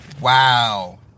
Wow